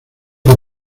por